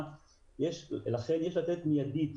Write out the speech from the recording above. לכן יש לטפל מיידית